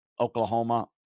Oklahoma